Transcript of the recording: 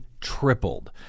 tripled